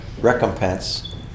recompense